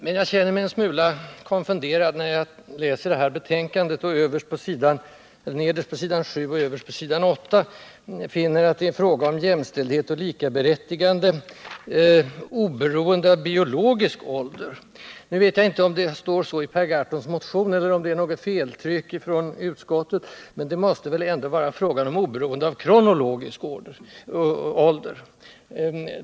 Men jag känner mig en smula konfunderad över att det nederst på s. 7 och överst på s. 8 i utskottsbetänkandet talas om ”jämställdhet och likaberättigande —-—-— oberoende av biologisk ålder”. Jag vet inte om det står så i Per Gahrtons motion eller om det är utskottets formulering. Vad som menas måste väl ändå vara ”oberoende av kronologisk ålder”.